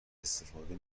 استفاده